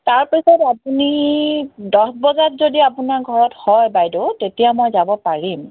তাৰ পিছত আপুনি দহ বজাত যদি আপোনাৰ ঘৰত হয় বাইদেউ তেতিয়া মই যাব পাৰিম